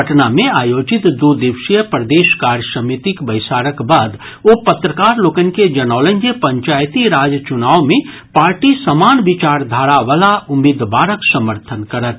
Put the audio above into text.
पटना मे आयोजित दू दिवसीय प्रदेश कार्य समितिक बैसारक बाद ओ पत्रकार लोकनि के जनौलनि जे पंचायती राज चुनाव मे पार्टी समान विचारधारा वला उम्मीदवारक समर्थन करत